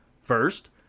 First